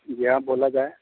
जी हाँ बोला जाए